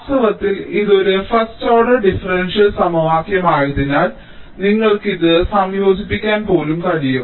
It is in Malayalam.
വാസ്തവത്തിൽ ഇത് ഒരു ഫസ്റ്റ് ഓർഡർ ഡിഫറൻഷ്യൽ സമവാക്യം ആയതിനാൽ നിങ്ങൾക്ക് ഇത് സംയോജിപ്പിക്കാൻ പോലും കഴിയും